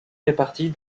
répartie